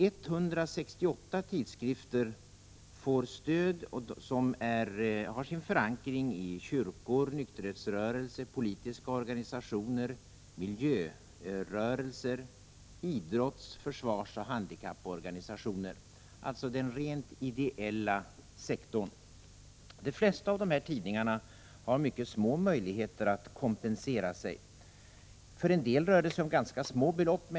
168 tidskrifter som får stöd har sin förankring i kyrkor, nykterhetsrörelser, politiska organisationer, miljörörelser, idrotts-, försvarsoch handikapporganisationer — alltså den rent ideella sektorn. De flesta av dessa tidningar har mycket små möjligheter att kompensera sig. För en del rör det sig om ganska små belopp.